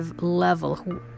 level